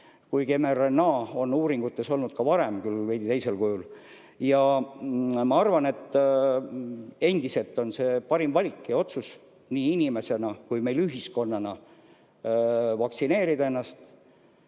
kuigi mRNA on uuringutes olnud ka varem, küll veidi teisel kujul. Ma arvan, et endiselt on see parim valik ja otsus, nii inimesena kui ka meil ühiskonnana, vaktsineerida ennast,